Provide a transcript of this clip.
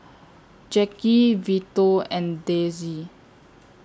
Jacki Vito and Dezzie